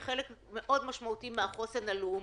היא חלק מאוד משמעותי מהחוסן הלאומי,